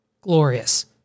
glorious